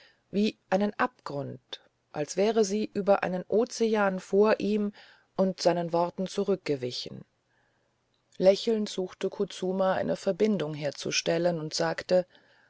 wie einen abgrund als wäre sie über einen ozean vor ihm und seinen worten zurückgewichen lächelnd suchte kutsuma eine verbindung herzustellen und sagte